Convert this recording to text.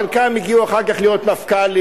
חלקם הגיעו אחר כך להיות מפכ"לים,